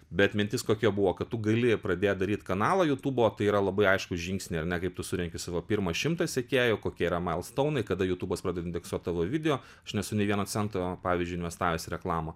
bet mintis kokia buvo kad tu gali pradėt daryt kanalą jutubo tai yra labai aiškūs žingsniai ar ne kaip tu surenki savo pirmą šimtą sekėjų kokie yra mail stounai kada jutubas padeda indeksuot tavo video aš nesu nei vieno centro pavyzdžiui investavęs į reklamą